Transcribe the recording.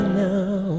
now